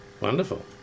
Wonderful